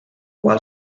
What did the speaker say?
qual